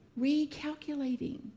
Recalculating